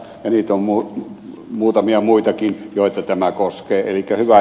niitä on muutamia muitakin joita tämä koskee yli käyvää